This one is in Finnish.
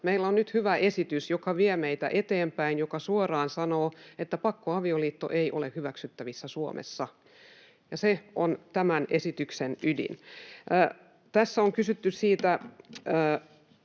meillä on nyt hyvä esitys, joka vie meitä eteenpäin ja joka suoraan sanoo, että pakkoavioliitto ei ole hyväksyttävissä Suomessa, ja se on tämän esityksen ydin. Tässä on kysytty